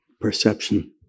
perception